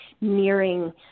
nearing